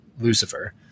Lucifer